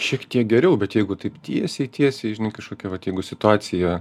šiek tiek geriau bet jeigu taip tiesiai tiesiai žinai kažkokia vat jeigu situacija